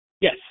Yes